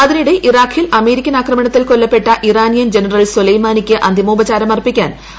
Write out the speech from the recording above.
അതിനിടെ ഇറാഖിൽ അമേരിക്കൻ ആക്രമണത്തിൽ കൊല്ലപ്പെട്ട ഇറാനിയൻ ജനറൽ സൊലൈമാനിക്ക് അന്തിമോപചാരം അർപ്പിക്കാൻ ഇന്നലെ എത്തിയത്